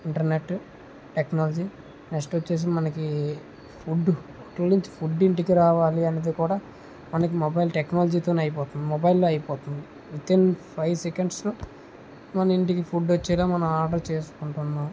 internet technology next వచ్చేసి మనకి food hotel నుంచి ఫుడ్ ఇంటికి రావాలి అనేది కూడా మనకి మొబైల్ టెక్నాలజీ తోనే అయిపోతుంది మొబైల్ లో అయిపోతుంది విత్ ఇన్ ఫైవ్ సెకండ్స్ లో మన ఇంటికి ఫుడ్ వచ్చేలా మనం ఆర్డర్ చేసుకుంటున్నాం